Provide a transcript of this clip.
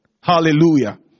Hallelujah